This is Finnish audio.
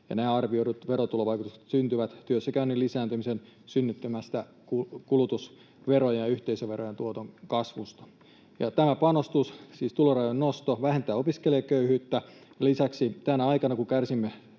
Nämä arvioidut verotulovaikutukset syntyvät työssäkäynnin lisääntymisen synnyttämästä kulutusverojen ja yhteisöverojen tuoton kasvusta. Tämä panostus, siis tulorajojen nosto, vähentää opiskelijaköyhyyttä. Lisäksi tänä aikana, kun kärsimme